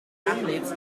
athletes